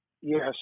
Yes